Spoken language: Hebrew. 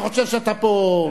אתה חושב שאתה פה,